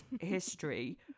history